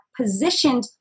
positioned